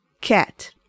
cat